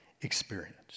experience